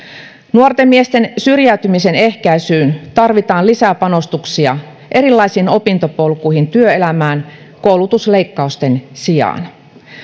nuorten miesten syrjäytymisen ehkäisyyn tarvitaan lisäpanostuksia erilaisiin opintopolkuihin työelämään koulutusleikkausten sijaan